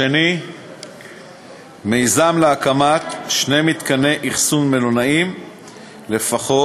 2. מיזם להקמת שני מתקני אכסון מלונאיים לפחות,